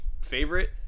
favorite